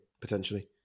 potentially